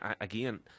again